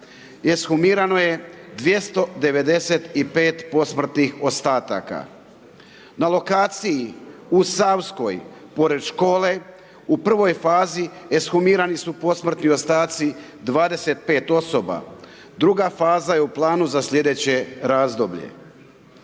ekshumirano je 295 posmrtnih ostataka. Na lokaciji u Savskoj, pored škole, u prvoj fazi ekshumirani su posmrtni ostaci 25 osoba. Druga faza je u planu za sljedeće razdoblje.